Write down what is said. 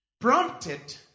Prompted